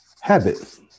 habit